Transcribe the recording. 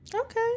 Okay